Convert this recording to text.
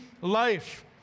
life